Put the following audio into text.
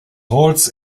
holz